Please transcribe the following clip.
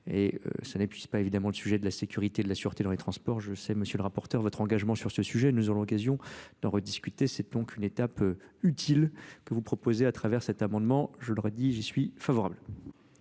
et cela n'épuise pas évidemment le sujet de la sécurité, de la sûreté dans les transports, je sais M. le rapporteur votre engagement sur ce sujet, nous aurons l'occasion d'en rediscuter C'est donc une étape utile que vous proposez à travers cet amendement je le redis, j'y suis favorable